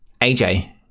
AJ